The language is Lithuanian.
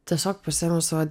tiesiog pasiėmiau savo